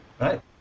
Right